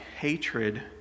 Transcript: hatred